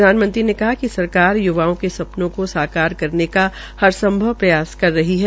प्रधानमंत्री ने कहा कि सरकार युवाओं के सपनों को सरकार करने का हर संभव प्रयास कर रही है